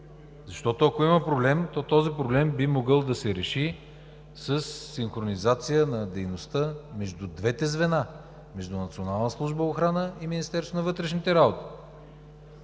Защото, ако има проблем, този проблем би могъл да се реши със синхронизация на дейността между двете звена – Националната